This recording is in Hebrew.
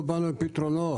אנחנו באנו עם פתרונות.